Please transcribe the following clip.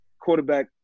quarterback